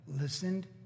listened